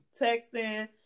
texting